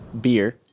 beer